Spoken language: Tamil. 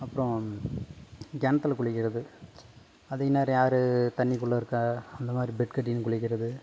அப்புறம் கிணத்துல குளிக்கிறது அதிக நேரம் யார் தண்ணிக்குள்ளே இருக்கா அந்த மாரி பெட் கட்டின்னு குளிக்கிறது